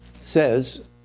Says